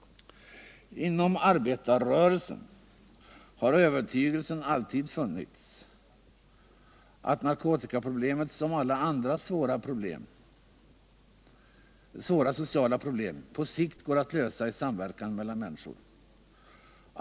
Inom arbetarrörelsen har övertygelsen alltid funnits att narkotikaproblemet som alla andra svårare sociala problem, på sikt går att lösa i samverkan mellan människor.